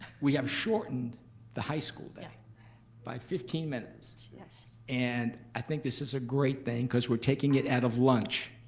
we have shortened the high school day by fifteen minutes. and i think this is a great thing because we're taking it out of lunch.